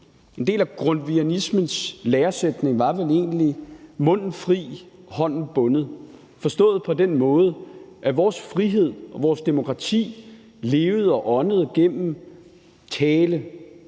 En del af grundtvigianismens læresætning var vel egentlig: Munden fri, hånden bundet. Det var forstået på den måde, at vores frihed og vores demokrati levede og åndede igennem tale,